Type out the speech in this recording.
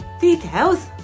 details